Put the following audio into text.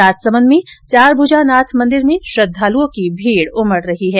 राजसमंद में चारमूजा नाथ मंदिर में श्रद्धालुओं की भीड उमड रही है